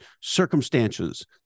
circumstances